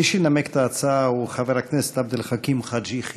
מי שינמק את ההצעה הוא חבר הכנסת עבד אל חכים חאג' יחיא,